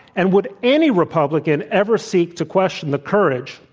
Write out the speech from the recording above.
and would any republican ever seek to question the courage,